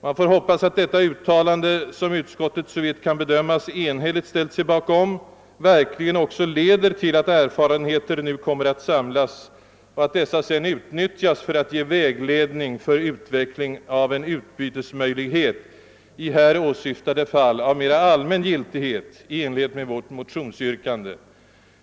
Man får hoppas att detta uttalande, som utskottet såvitt kan bedömas enhälligt ställt sig bakom, verkligen också leder till att erfarenheter nu kommer att samlas och att dessa sedan utnyttjas för att ge vägledning för utveckling av en utbytesmöjlighet i här åsyftade fall av mera allmän giltighet i enlighet med vårt motionsyrkande.